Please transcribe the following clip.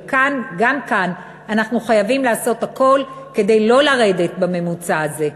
וגם כאן אנחנו חייבים לעשות הכול כדי לא לרדת בממוצע הזה.